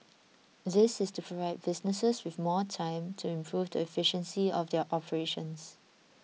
this is to provide businesses with more time to improve the efficiency of their operations